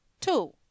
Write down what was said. Two